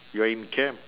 you're in camp